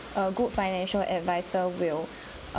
a good financial adviser will